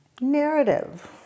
narrative